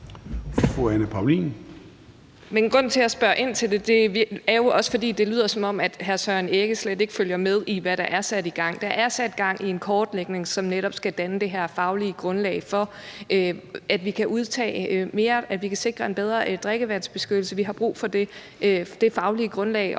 grunden til, jeg spørger ind til det, er jo også, at det lyder, som om hr. Søren Egge Rasmussen slet ikke følger med i, hvad der er sat i gang. Der er sat gang i en kortlægning, som netop skal danne det her faglige grundlag for, at vi kan sikre en bedre drikkevandsbeskyttelse. Vi har brug for det faglige grundlag